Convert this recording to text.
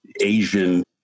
Asian